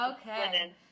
okay